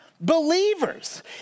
believers